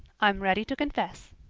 i'm ready to confess.